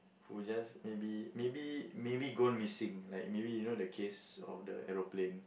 who just maybe maybe maybe gone missing like maybe you know the case of the aeroplane